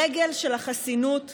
הרגל של החסינות קרסה,